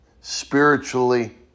spiritually